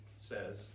says